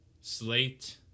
slate